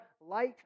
light